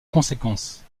conséquence